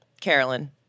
Carolyn